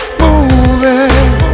moving